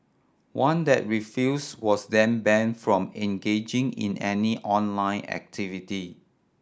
one that refused was then ban from engaging in any online activity